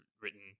written